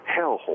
hellhole